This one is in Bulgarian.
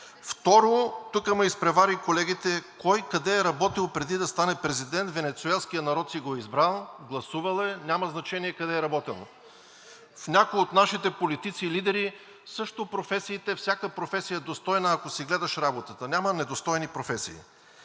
Тук ме изпревариха колегите, кой къде е работил, преди да стане президент. Венецуелският народ си го е избрал, гласувал е. Няма значение къде е работил. В някои от нашите политици и лидери също професиите – всяка професия е достойна, ако си гледаш работата. Няма недостойни професии.